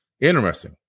Interesting